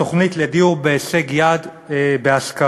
בתוכנית לדיור בהישג יד בהשכרה,